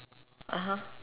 (uh huh)